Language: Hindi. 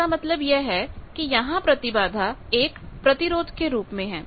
इसका मतलब यह है कि यहां प्रतिबाधा एक प्रतिरोध के रूप में है